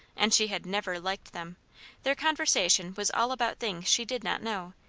and she had never liked them their conversation was all about things she did not know,